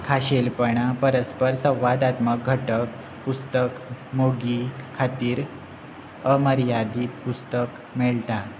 खाशेलपणां परस्पर संवादात्मक घटक पुस्तक मोगी खातीर अमर्यादीत पुस्तक मेळटा